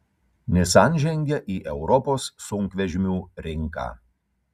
nissan žengia į europos sunkvežimių rinką